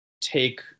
take